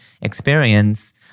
experience